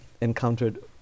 encountered